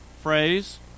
phrase